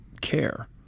care